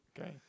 Okay